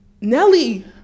Nelly